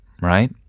right